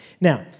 Now